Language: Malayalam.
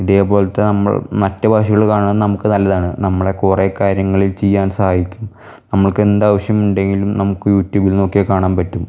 ഇതേപോലത്തെ നമ്മൾ മറ്റ് ഭാഷകൾ കാണുന്നത് നമുക്ക് നല്ലതാണ് നമ്മളെ കുറേ കാര്യങ്ങളിൽ ചെയ്യാൻ സഹായിക്കും നമുക്ക് എന്ത് ആവശ്യമുണ്ടെങ്കിലും നമുക്ക് യുട്യൂബിൽ നോക്കിയാൽ കാണാൻ പറ്റും